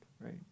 right